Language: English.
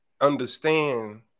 understand